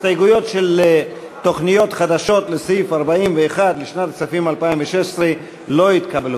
ההסתייגויות בדבר תוכניות חדשות לסעיף 41 לשנת הכספים 2016 לא התקבלו.